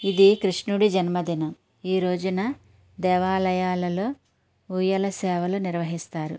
ఇది కృష్ణుడి జన్మదినం ఈ రోజున దేవాలయాలలో ఉయ్యాల సేవలు నిర్వహిస్తారు